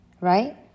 Right